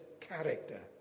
character